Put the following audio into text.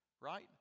right